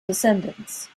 descendants